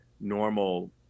normal